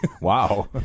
Wow